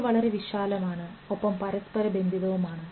ഇത് വളരെ വിശാലമാണ് ഒപ്പം പരസ്പര ബന്ധിതവുമാണ്